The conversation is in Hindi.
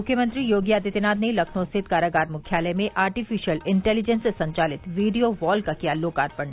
मुख्यमंत्री योगी आदित्यनाथ ने लखनऊ स्थित कारागार मुख्यालय में आर्टिफीशियल इन्टेलीजेंस से संचालित वीडियो वॉल का किया लोकार्पण